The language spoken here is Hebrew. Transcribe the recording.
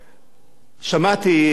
שמעתי מחבר הכנסת,